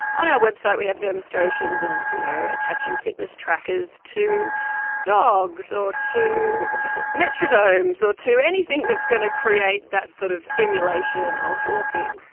on our website we have demonstrations of you know attaching fitness trackers to dogs or to metronomes or to anything that's going to create that sort of simulation of walking.